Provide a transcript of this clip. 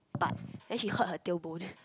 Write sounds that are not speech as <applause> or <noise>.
but then she hurt her tailbone <breath>